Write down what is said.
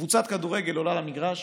קבוצת כדורגל עולה למגרש,